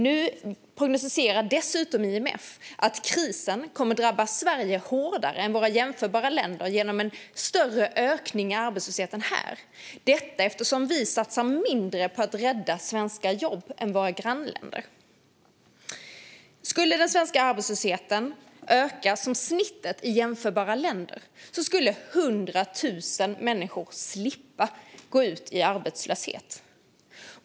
Nu prognostiserar dessutom IMF att krisen kommer att drabba Sverige hårdare än våra jämförbara länder genom en större ökning av arbetslösheten här, eftersom vi satsar mindre på att rädda svenska jobb än vad våra grannländer gör för att rädda sina jobb. Skulle den svenska arbetslösheten öka som snittet i jämförbara länder skulle 100 000 människor slippa gå ut i arbetslöshet.